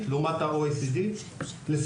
לשכר נמוך יותר,